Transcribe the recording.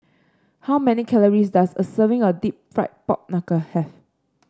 how many calories does a serving of deep fried Pork Knuckle have